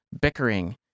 bickering